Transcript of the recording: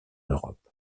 europe